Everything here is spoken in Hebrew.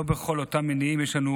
לא בכל אותם מניעים יש לנו,